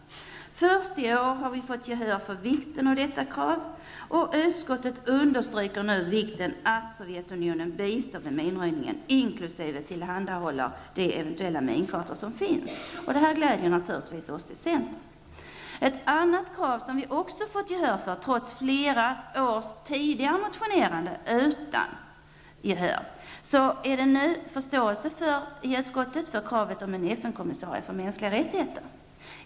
Först i år har vi fått gehör för vikten av detta krav, och utskottet understryker nu vikten av att Sovjetunionen bistår vid minröjningen, inkl. tillhandahåller de eventuella minkartor som finns. Detta gläder naturligtvis oss i centern. Ett annat krav som vi också har fått gehör för i utskottet i år efter flera års tidigare motionerande utan gehör är kravet på en FN-kommissarie för mänskliga rättigheter.